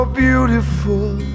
beautiful